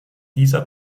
dieser